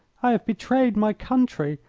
i have betrayed my country!